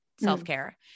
self-care